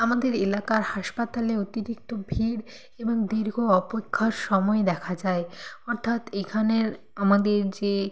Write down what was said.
আমাদের এলাকার হাসপাতালে অতিরিক্ত ভিড় এবং দীর্ঘ অপেক্ষার সময় দেখা যায় অর্থাৎ এখানের আমাদের যে